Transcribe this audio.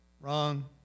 Wrong